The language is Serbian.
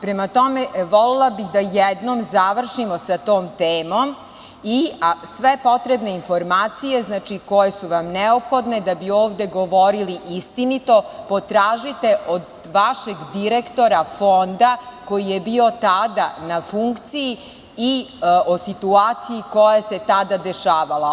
Prema tome, volela bih da jednom završimo sa tom temom i sve potrebne informacije, znači koje su vam neophodne da bi ovde govorili istinito, potražite od vašeg direktora fonda koji je bio tada na funkciji i o situaciji koja se tada dešavala.